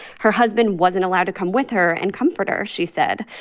her husband wasn't allowed to come with her and comfort her, she said.